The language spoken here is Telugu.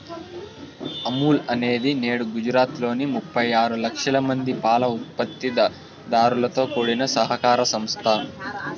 అమూల్ అనేది నేడు గుజరాత్ లోని ముప్పై ఆరు లక్షల మంది పాల ఉత్పత్తి దారులతో కూడిన సహకార సంస్థ